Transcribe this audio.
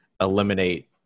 eliminate